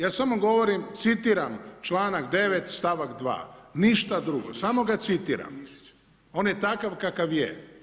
Ja samo govorim citiram članak 9. stavak 2. ništa drugo, samo ga citiram, on je takav kakav je.